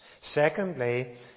Secondly